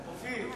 אין.